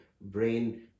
brain